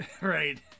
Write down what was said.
Right